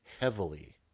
heavily